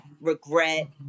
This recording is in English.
regret